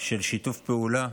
של שיתוף פעולה,